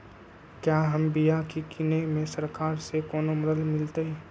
क्या हम बिया की किने में सरकार से कोनो मदद मिलतई?